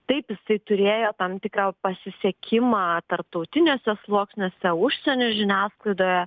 taip jisai turėjo tam tikrą pasisekimą tarptautiniuose sluoksniuose užsienio žiniasklaidoje